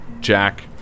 Jack